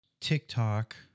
TikTok